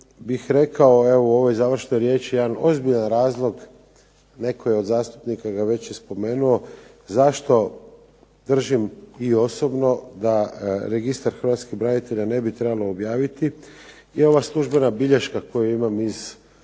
bih rekao evo u ovoj završnoj riječi jedan ozbiljan razlog, netko je od zastupnika ga već i spomenuo, zašto držim i osobno da registar hrvatskih branitelja ne bi trebalo objaviti, je ova službena bilješka koju imam iz